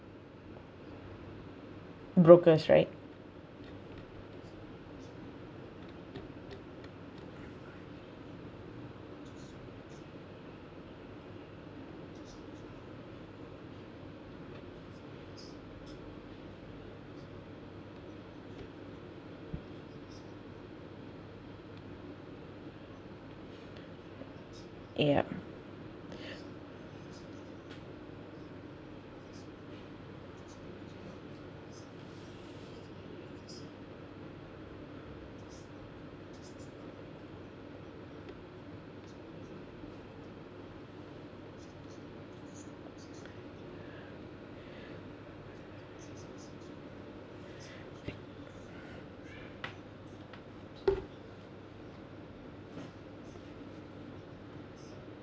brokers right yup